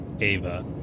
Ava